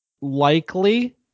likely